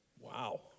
wow